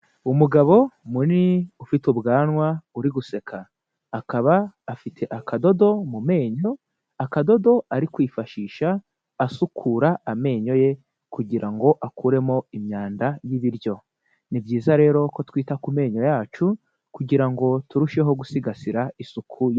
Umugabo munini ufite ubwanwa uri guseka, akaba afite akadodo mu menyo, akadodo ari kwifashisha asukura amenyo ye kugirango akuremo imyanda y'ibiryo. Ni byiza rero ko twita ku menyo yacu kugirango turusheho gusigasira isuku yo.